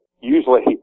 usually